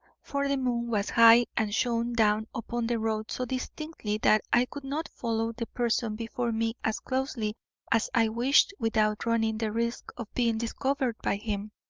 for the moon was high and shone down upon the road so distinctly that i could not follow the person before me as closely as i wished without running the risk of being discovered by him.